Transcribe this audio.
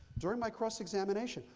during my cross examination,